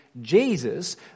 Jesus